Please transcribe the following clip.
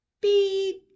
beep